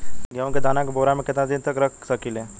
गेहूं के दाना के बोरा में केतना दिन तक रख सकिले?